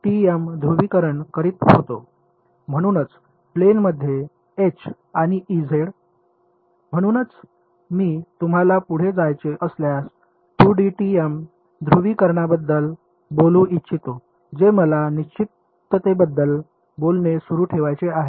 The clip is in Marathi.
म्हणूनच प्लेनमध्ये एच आणि म्हणूनच मी तुम्हाला पुढे जायचे असल्यास 2 डी टीएम ध्रुवीकरणाबद्दल बोलू इच्छितो जे मला निश्चिततेबद्दल बोलणे सुरू ठेवायचे आहे